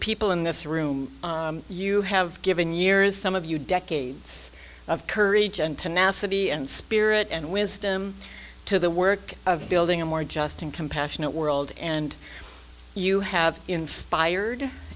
people in this room you have given years some of you decades of courage and tenacity and spirit and wisdom to the work of building a more just and compassionate world and you have inspired